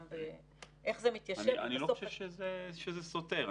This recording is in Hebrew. איך זה מתיישב --- אני לא חושב שזה סותר.